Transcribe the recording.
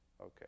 Okay